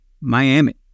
Miami